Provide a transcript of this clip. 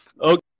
Okay